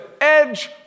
edge